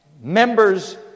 members